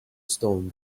stone